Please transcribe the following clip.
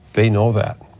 they know that.